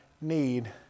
need